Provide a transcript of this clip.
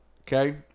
Okay